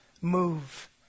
move